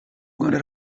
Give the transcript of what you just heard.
rwanda